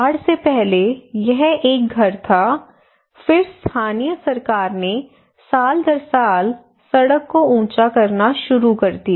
बाढ़ से पहले यह एक घर था फिर स्थानीय सरकार ने साल दर साल सड़क को ऊंचा करना शुरू कर दिया